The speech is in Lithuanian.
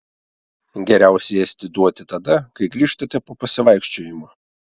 geriausia ėsti duoti tada kai grįžtate po pasivaikščiojimo